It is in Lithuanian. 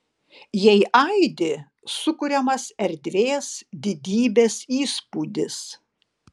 jei aidi sukuriamas erdvės didybės įspūdis